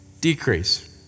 decrease